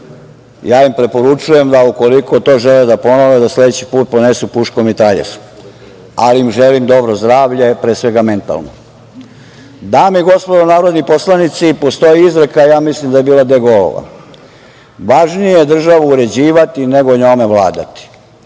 Ja im preporučujem da ukoliko to žele da ponove, da sledeći put ponesu puškomitraljez, ali im želim dobro zdravlje, pre svega mentalno. Dame i gospodo narodni poslanici, postoji izreka, ja mislim da je bila De Golova – važnije je državu uređivati nego njome vladati.